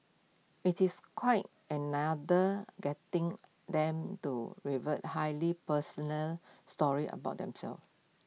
IT is quite another getting them to reveal highly personal stories about themselves